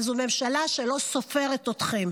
אבל זו ממשלה שלא סופרת אתכם,